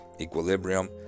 equilibrium